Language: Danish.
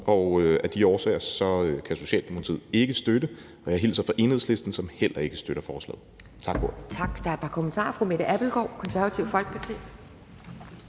og af de årsager kan Socialdemokratiet ikke støtte det. Og jeg hilser fra Enhedslisten, som heller ikke støtter forslaget. Tak for ordet. Kl.